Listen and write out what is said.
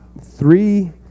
three